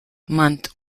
month